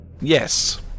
Yes